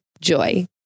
JOY